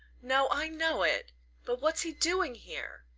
no i know it but what's he doing here?